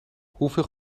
hoeveel